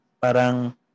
parang